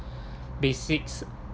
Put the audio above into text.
basics